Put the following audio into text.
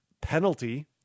penalty